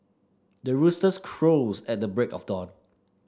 the roosters crows at the break of dawn